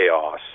chaos